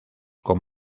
con